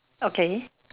okay